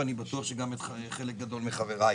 ואני בטוח שגם את חלק גדול מחבריי.